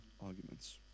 arguments